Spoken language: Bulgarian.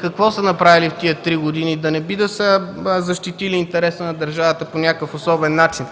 Какво са направили в тези 3 години? Да не би да са защитили интереса на държавата по някакъв особен начин?